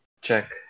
Check